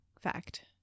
fact